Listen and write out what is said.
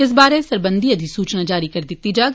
इस बारै सरबंधी अधिसूचना जारी करी दिती जाग